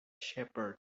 shepherd